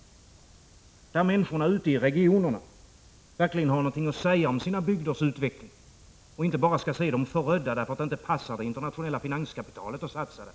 I den verkligheten har människorna ute i regionerna någonting att säga om sina bygders utveckling och behöver inte bara se dem förödda därför att det inte passar det internationella finanskapitalet att satsa där.